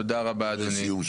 תודה רבה אדוני.